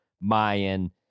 Mayan